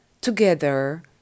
together